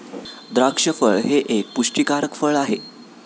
द्राक्ष फळ हे एक पुष्टीकारक फळ आहे